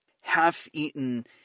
half-eaten